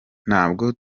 ntabwo